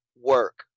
work